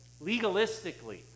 legalistically